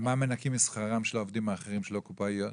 על מה מנכים משכרם של העובדים האחרים שהם לא קופאיות?